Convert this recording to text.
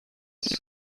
sie